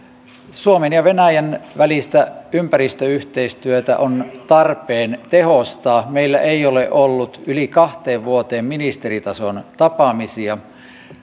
suomen ja venäjän välistä ympäristöyhteistyötä on tarpeen tehostaa meillä ei ole ollut yli kahteen vuoteen ministeritason tapaamisia